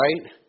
right